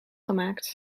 gemaakt